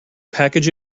package